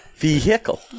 Vehicle